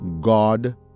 God